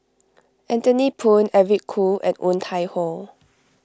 Anthony Poon Eric Khoo and Woon Tai Ho